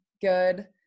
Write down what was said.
good